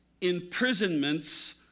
imprisonments